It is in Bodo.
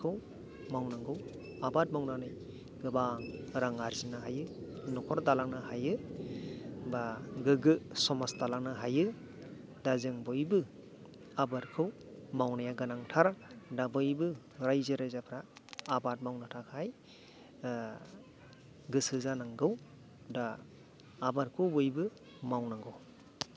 आबादखौ मावनांगौ आबाद मावनानै गोबां रां आरजिनो हायो न'खर दालांनो हायो बा गोग्गो समाज दालांनो हायो दा जों बयबो आबादखौ मावनाया गोनांथार दा बयबो राज्यो राजाफ्रा आबाद मावनो थाखाय गोसो जानांगौ दा आबादखौ बयबो मावनांगौ